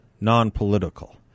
non-political